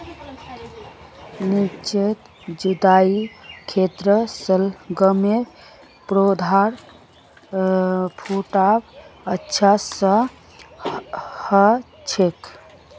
निचोत जुताईर खेतत शलगमेर पौधार फुटाव अच्छा स हछेक